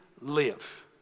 live